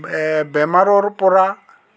বেমাৰৰ পৰা